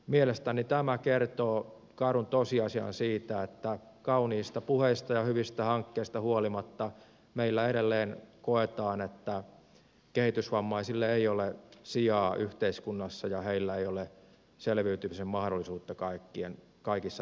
mielestäni tämä kertoo karun tosiasian siitä että kauniista puheista ja hyvistä hankkeista huolimatta meillä edelleen koetaan että kehitysvammaisille ei ole sijaa yhteiskunnassa ja heillä ei ole selviytymisen mahdollisuutta kaikissa tilanteissa